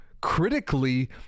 critically